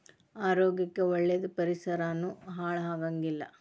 ಆರೋಗ್ಯ ಕ್ಕ ಒಳ್ಳೇದ ಪರಿಸರಾನು ಹಾಳ ಆಗಂಗಿಲ್ಲಾ